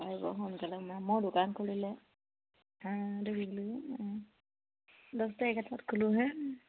পাৰিব সোনকালে মোৰ দোকান খুলিলে দছটা এঘাৰটাত খোলোঁহে